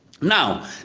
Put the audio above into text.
Now